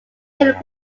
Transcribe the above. ken